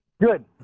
Good